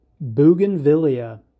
Bougainvillea